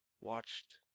watched